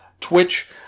Twitch